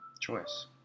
choice